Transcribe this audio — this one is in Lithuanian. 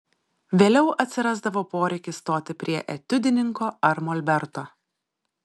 vėliau atsirasdavo poreikis stoti prie etiudininko ar molberto